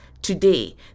today